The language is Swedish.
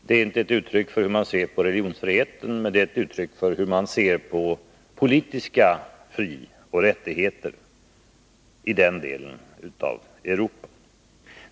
Det är ett uttryck för hur man ser på de politiska frioch rättigheterna i den delen av Europa.